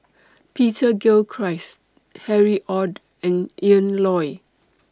Peter Gilchrist Harry ORD and Ian Loy